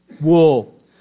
wool